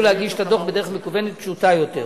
להגיש את הדוח בדרך מקוונת פשוטה יותר.